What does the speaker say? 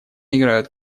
играют